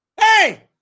Hey